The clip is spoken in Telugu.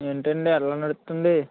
ఏంటండీ ఎలా నడుస్తుంది